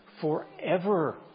forever